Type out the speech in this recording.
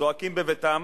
זועקים בביתם